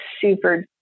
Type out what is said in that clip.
super